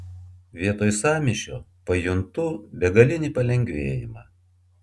vietoj sąmyšio pajuntu begalinį palengvėjimą